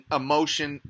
emotion